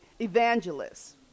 evangelists